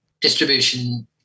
distribution